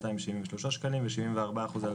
הסכום יעמוד על 2,273 שקלים וה-70 אחוזים,